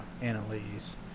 Annalise